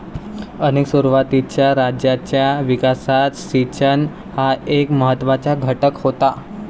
अनेक सुरुवातीच्या राज्यांच्या विकासात सिंचन हा एक महत्त्वाचा घटक होता